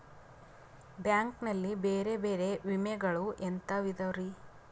Bank ನಲ್ಲಿ ಬೇರೆ ಬೇರೆ ವಿಮೆಗಳು ಎಂತವ್ ಇದವ್ರಿ?